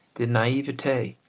the naivete,